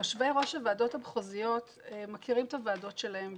יושבי-ראש הוועדות המחוזיות מכירים את הוועדות שלהם.